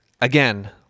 again